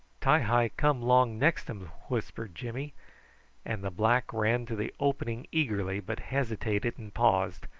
ti-hi come long nextums, whispered jimmy and the black ran to the opening eagerly, but hesitated and paused,